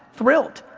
thrilled.